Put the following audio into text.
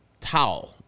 towel